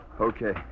Okay